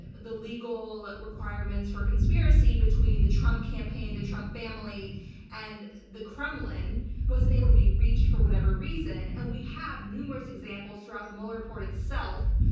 the legal requirements for conspiracy between the trump campaign the trump family and the kremlin wasn't able to be reached for whatever reason. and we have numerous examples throughout the mueller report itself,